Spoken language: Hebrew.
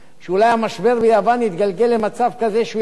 שאולי המשבר יתגלגל למצב כזה שהוא יגיד: